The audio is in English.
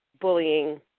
bullying